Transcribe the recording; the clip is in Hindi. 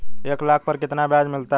एक लाख पर कितना ब्याज मिलता है?